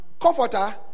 comforter